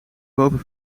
boven